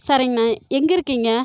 சரிங்ணா எங்கே இருக்கீங்க